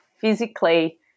physically